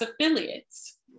affiliates